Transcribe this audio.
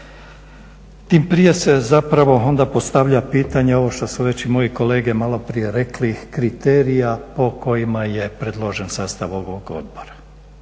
Tim prije se zapravo onda postavlja pitanje ovo što su već i moji kolege malo prije rekli kriterija po kojima je predložen sastav ovog Odbora.